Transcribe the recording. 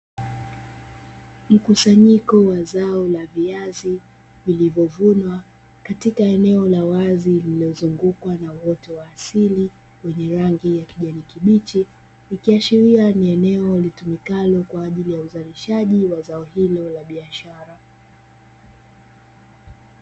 Mkusanyiko wa zao la viazi, vilivyovunwa katika eneo la wazi lililozungukwa na uoto wa asili wenye rangi ya kijani kibichi, ikiashiria ni eneo litumikalo kwa ajili ya uzalishaji wa zao hilo la biashara.